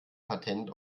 patent